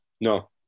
No